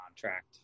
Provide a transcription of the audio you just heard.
contract